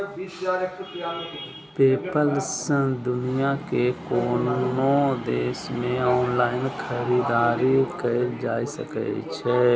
PayPal सं दुनिया के कोनो देश मे ऑनलाइन खरीदारी कैल जा सकै छै